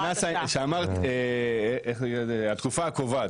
כשאמרת התקופה הקובעת,